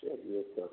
चलिए तो